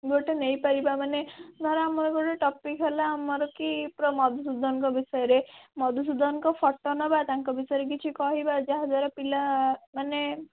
ଗୋଟେ ନେଇପାରିବା ମାନେ ଧର ଆମର ଗୋଟେ ଟପିକ୍ ହେଲା ଆମର କି ମଧୁସୂଦନଙ୍କ ବିଷୟରେ ମଧୁସୂଦନଙ୍କ ଫଟୋ ନେବା ତାଙ୍କ ବିଷୟରେ କିଛି କହିବା ଯାହା ଦ୍ୱାରା ପିଲା ମାନେ